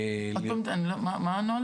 הנוהל